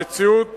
המציאות